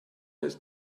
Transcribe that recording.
ist